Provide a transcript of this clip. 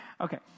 Okay